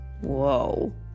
Whoa